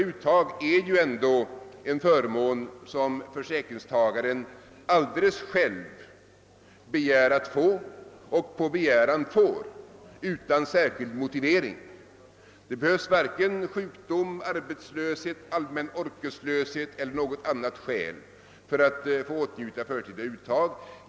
Det är ju ändå en förmån som varje försäkringstagare som så önskar får utan särskild motivering. Det behövs varken sjukdom, arbetslöshet, allmän orkeslöshet eller något annat skäl för att få åtnjuta det förtida uttaget.